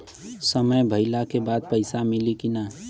समय भइला के बाद पैसा मिली कि ना?